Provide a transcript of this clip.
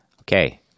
okay